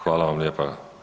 Hvala vam, lijepa.